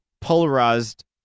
polarized